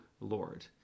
Lord